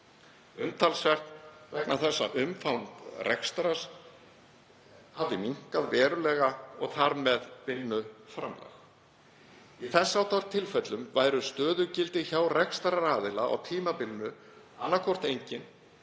umtalsvert vegna þess að umfang rekstrar hafði minnkað verulega og þar með vinnuframlag. Í þess háttar tilfellum væru stöðugildi hjá rekstraraðila á tímabilinu annaðhvort engin